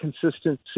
consistency